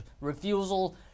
refusal